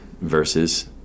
versus